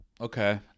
Okay